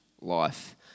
life